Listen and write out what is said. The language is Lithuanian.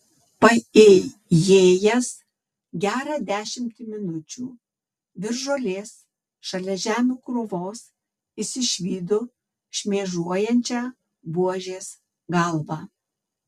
paėjėjęs gerą dešimtį minučių virš žolės šalia žemių krūvos jis išvydo šmėžuojančią buožės galvą